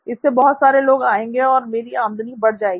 इससे बहुत सारे लोग आएँगे और मेरी आमदनी बढ़ जाएगी